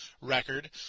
record